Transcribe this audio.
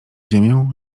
ziemię